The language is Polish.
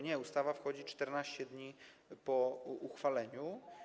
Nie, ustawa wchodzi 14 dni po uchwaleniu.